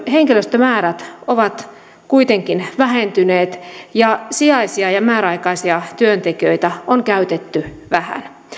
henkilöstömäärät ovat kuitenkin vähentyneet ja sijaisia ja määräaikaisia työntekijöitä on käytetty vähän